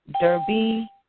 Derby